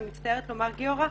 אני מצטערת לומר גיורא,